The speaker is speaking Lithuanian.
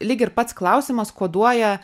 lyg ir pats klausimas koduoja